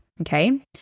okay